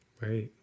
Right